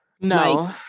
no